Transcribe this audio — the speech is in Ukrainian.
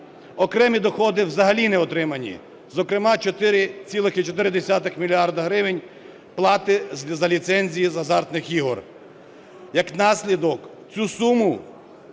Окремі доходи взагалі не отримані, зокрема 4,4 мільярда гривень плати за ліцензії з азартних ігор. Як наслідок – цю суму